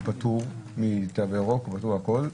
הוא פטור מתו ירוק ויש לו הכול.